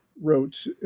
wrote